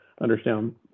understand